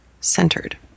centered